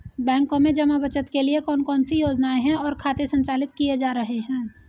बैंकों में जमा बचत के लिए कौन कौन सी योजनाएं और खाते संचालित किए जा रहे हैं?